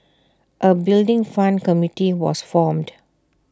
A Building Fund committee was formed